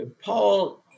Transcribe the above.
Paul